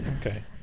Okay